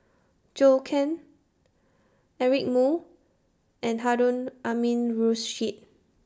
Zhou Can Eric Moo and Harun Aminurrashid